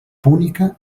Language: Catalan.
púnica